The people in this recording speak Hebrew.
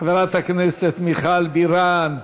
חברת הכנסת מיכל בירן,